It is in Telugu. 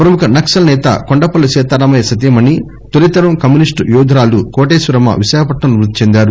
ప్రముఖ నక్పల్ సేత కొండపల్లి సీతారామయ్య సతీమణి తొలితరం కమ్యూనిస్టు యోధురాలు కోటేశ్వరమ్మ విశాఖపట్సం లో మృతి చెందారు